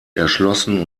erschlossen